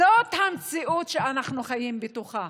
זאת המציאות שאנחנו חיים בתוכה.